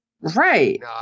Right